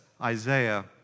Isaiah